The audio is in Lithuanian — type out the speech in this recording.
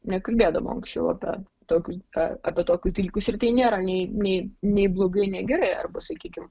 nekalbėdavo anksčiau apie tokius a apie tokius dalykus ir tai nėra nei nei nei blogai nei gerai arba sakykim